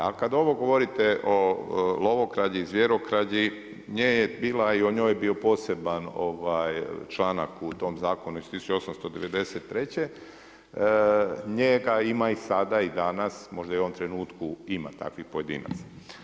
Ali kada ovo govorite o lovokrađi i zvjerokrađi, nje je bila i o njoj je bio poseban članak u tom zakonu iz 1893. njega ima i sada i danas, možda i u ovom trenutku ima takvih pojedinaca.